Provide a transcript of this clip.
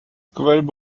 gewölbe